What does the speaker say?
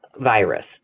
virus